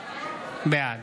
בעד